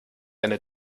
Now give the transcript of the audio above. eine